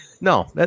No